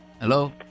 Hello